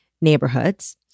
neighborhoods